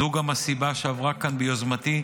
זו גם הסיבה שעברה כאן ביוזמתי,